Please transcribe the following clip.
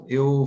eu